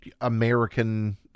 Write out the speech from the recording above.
American